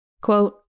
Quote